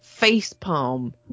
facepalm